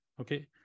Okay